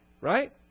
right